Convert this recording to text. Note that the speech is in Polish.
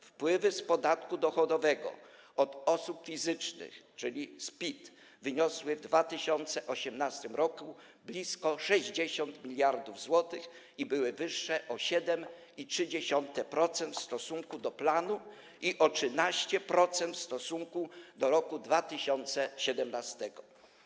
Wpływy z podatku dochodowego od osób fizycznych, czyli z PIT, wyniosły w 2018 r. blisko 60 mld zł i były wyższe o 7,3% w stosunku do planu i o 13% w stosunku do roku 2017.